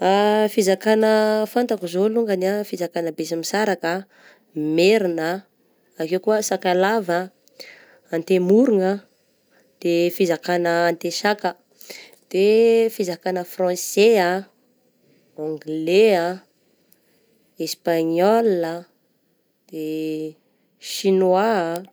Fizakana fantako zao longany ah: fizakana besimisaraka ah, merina ah, akeo koa sakalava ah, antemorogna de fizakana antesaka, de fizakana français ah, angalais, espagnol ah, de chinois.